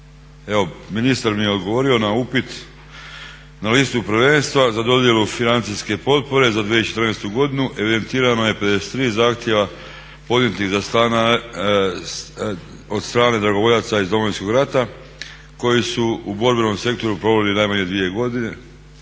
Evo ministar mi je odgovorio na upit, na listu prvenstva za dodjelu financijske potpore za 2014. godinu evidentirano je 53 zahtjeva podnijetih za stanove od strane dragovoljaca iz Domovinskog rata koji su u borbenom sektoru proveli najmanje 2 godine